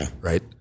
Right